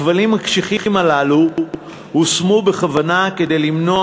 הכבלים הקשיחים הללו הושמו בכוונה כדי למנוע